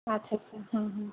আচ্ছা আচ্ছা হুঁ হুঁ